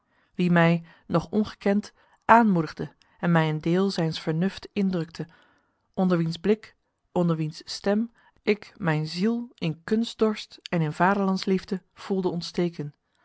wie mij nog ongekend aanmoedigde en mij een deel zijns vernufts indrukte onder wiens blik onder wiens stem ik mijn ziel in kunstdorst en in vaderlandsliefde voelde ontsteken